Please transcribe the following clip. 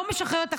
אני עוצר את הזמן.